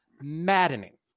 maddening